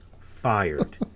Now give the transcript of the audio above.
fired